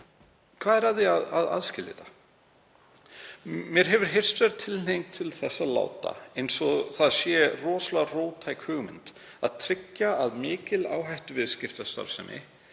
Hvað er að því að aðskilja þetta? Mér hefur heyrst vera tilhneiging til að láta eins og það sé rosalega róttæk hugmynd að tryggja að mikil áhættuviðskiptastarfsemi